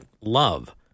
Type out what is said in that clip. love